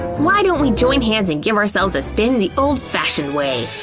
why don't we join hands and give ourselves a spin the old fashioned way!